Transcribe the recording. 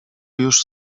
już